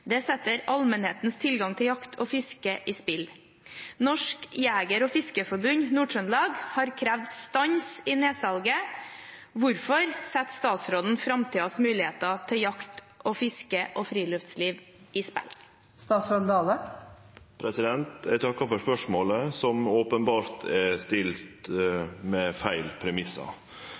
Det setter allmennhetens tilgang til jakt og fiske i spill. NJFF Nord-Trøndelag har krevd stans i nedsalget. Hvorfor setter statsråden framtidas muligheter til jakt og fiske og friluftsliv i spill?» Eg takkar for spørsmålet, som openbert er stilt på feil